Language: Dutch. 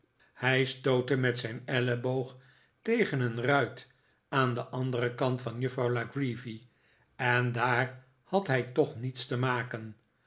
hij stootte met zijn elleboog tegen een ruit aan den anderen kant van juffrouw la creevy en daar had hij toch niets te maken